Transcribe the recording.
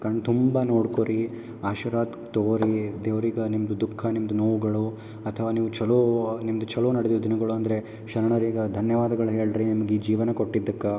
ಕಣ್ತುಂಬ ನೋಡ್ಕೋರಿ ಆಶೀರ್ವಾದ ತಗೋರಿ ದೇವ್ರಿಗೆ ನಿಮ್ಮದು ದುಃಖ ನಿಮ್ಮದು ನೋವುಗಳು ಅಥವಾ ನೀವು ಚಲೋ ನಿಮ್ಮದು ಚಲೋ ನಡ್ದಿದ್ದ ದಿನಗಳು ಅಂದರೆ ಶರಣರಿಗ ಧನ್ಯವಾದಗಳು ಹೇಳ್ರಿ ನಿಮಗೆ ಈ ಜೀವನ ಕೊಟ್ಟಿದ್ದಕ್ಕೆ